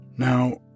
Now